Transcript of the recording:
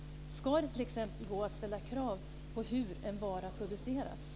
Ska det t.ex. gå att ställa krav på hur en vara producerats?